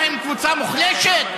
מה, הם קבוצה מוחלשת?